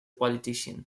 politician